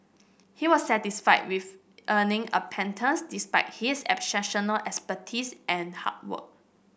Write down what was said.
he was satisfied with earning a pittance despite his expertise and hard work